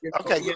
okay